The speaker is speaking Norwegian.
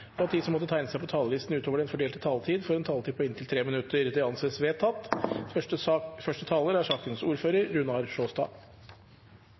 og at de som måtte tegne seg på talerlisten utover den fordelte taletid, får en taletid på inntil 3 minutter. – Det anses vedtatt.